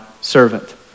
servant